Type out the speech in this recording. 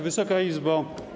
Wysoka Izbo!